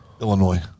Illinois